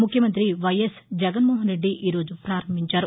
ముఖ్యమంతి వైఎస్ జగన్మోహన్ రెద్ది ఈరోజు పారంభించారు